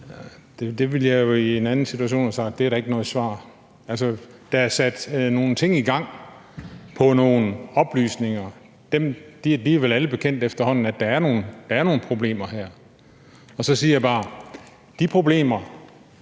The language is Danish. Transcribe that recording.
Der ville jeg jo i en anden situation have sagt: Det er da ikke noget svar. Altså, der er sat nogle ting i gang på nogle oplysninger, og det er vel efterhånden alle bekendt, at der er nogle problemer her. Og så siger jeg bare: De problemer